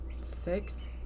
six